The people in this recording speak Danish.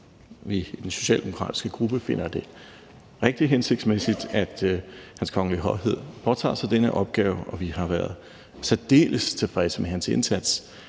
vi i den socialdemokratiske gruppe finder det rigtig hensigtsmæssigt, at Hans Kongelige Højhed Prins Joachim påtager sig denne opgave. Vi har været særdeles tilfredse med hans indsats,